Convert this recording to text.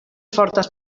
fortes